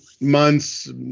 months